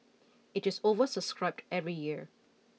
it is oversubscribed every year